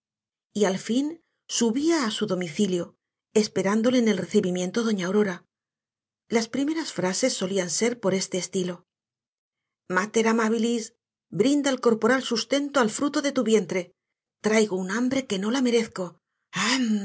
al fin subía á su domicilio esperándole en el recibimiento doña aurora las primeras frases solían ser por este estilo mater amabilis brinda el corporal sustento al fruto de tu vientre traigo un hambre que no la merezco